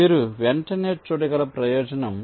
మీరు వెంటనే చూడగల ప్రయోజనం